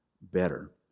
better